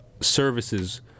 services